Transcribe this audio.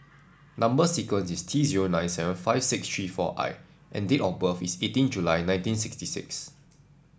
number sequence is T zero nine seven five six three four I and date of birth is eighteen July nineteen sixty six